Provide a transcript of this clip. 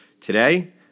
Today